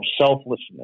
selflessness